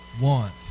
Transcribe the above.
want